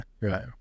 Right